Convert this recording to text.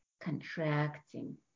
contracting